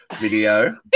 video